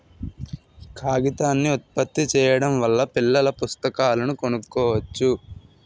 కాగితాన్ని ఉత్పత్తి చేయడం వల్ల పిల్లల పుస్తకాలను కొనుక్కోవచ్చు